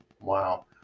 Wow